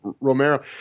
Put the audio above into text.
Romero